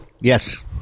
yes